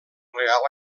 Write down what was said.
reial